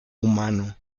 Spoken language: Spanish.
humano